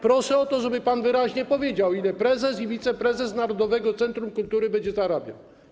Proszę o to, żeby pan wyraźnie powiedział, ile prezes i wiceprezes Narodowego Centrum Kultury będą zarabiać.